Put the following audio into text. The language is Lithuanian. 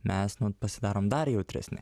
mes nu pasidarom nu dar jautresni